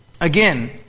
Again